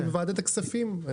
אני בוועדת הכספים.